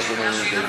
מה זה קשור?